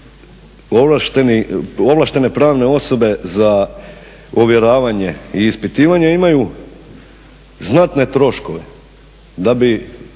ovlaštene pravne osobe za ovjeravanje i ispitivanje imaju znatne troškove da bi